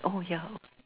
oh yeah okay